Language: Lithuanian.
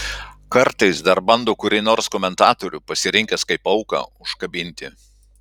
kartais dar bando kurį nors komentatorių pasirinkęs kaip auką užkabinti